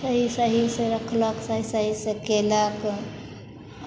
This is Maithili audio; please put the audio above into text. सही सहीसँ रखलक सही सहीसँ कयलक